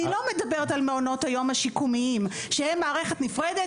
אני לא מדברת על מעונות היום השיקומיים שהם מערכת נפרדת.